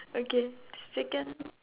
okay second